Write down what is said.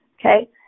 okay